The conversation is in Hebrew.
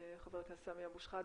חבר הכנסת סמי אבו שחאדה,